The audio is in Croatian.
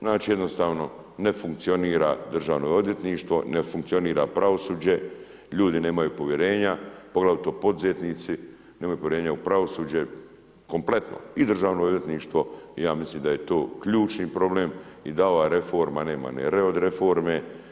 Znači jednostavno ne funkcionira Državno odvjetništvo, ne funkcionira pravosuđe, ljudi nemaju povjerenja, poglavito poduzetnici, nemaju povjerenja u pravosuđe, kompletno i Državno odvjetništvo i ja mislim da je tu ključni problem i da ova reforma nema ni R od reforma.